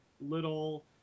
little